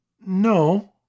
No